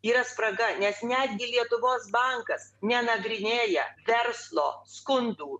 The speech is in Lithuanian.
yra spraga nes netgi lietuvos bankas nenagrinėja verslo skundų